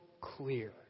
clear